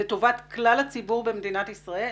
לטובת כלל הציבור במדינת ישראל.